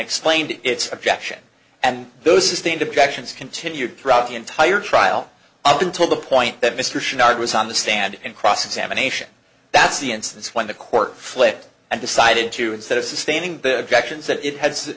explained its objection and those sustained objections continued throughout the entire trial up until the point that mr schneider was on the stand in cross examination that's the instance when the court flipped and decided to instead of sustaining the actions that it has